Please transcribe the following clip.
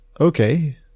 okay